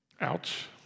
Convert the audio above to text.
Ouch